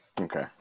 Okay